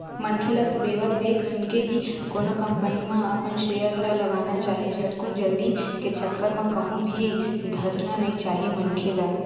मनखे ल सुबेवत देख सुनके ही कोनो कंपनी म अपन सेयर ल लगाना चाही झटकुन जल्दी के चक्कर म कहूं भी धसना नइ चाही मनखे ल